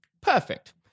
Perfect